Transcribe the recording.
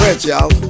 y'all